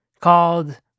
called